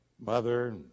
mother